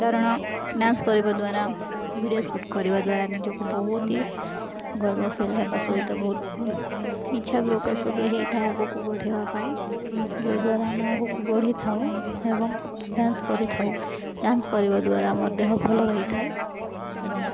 କାରଣ ଡାନ୍ସ କରିବା ଦ୍ୱାରା ଭିଡ଼ିଓ ସୁଟ୍ କରିବା ଦ୍ୱାରା ନିଜକୁ ବହୁତ ଗର୍ବ ଫିଲ୍ ହେବା ସହିତ ବହୁତ ଇଚ୍ଛା ପ୍ରକାଶ ବି ହେଇଥାଏ ଆଗକୁ ବଢ଼େଇବା ପାଇଁ ଯୋଦ୍ୱାରା ଆମେ ଆଗକୁ ବଢ଼ିଥାଉ ଏବଂ ଡାନ୍ସ କରିଥାଉ ଡାନ୍ସ କରିବା ଦ୍ୱାରା ଆମର ଦେହ ଭଲ ରହିଥାଏ ଏବଂ